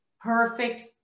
perfect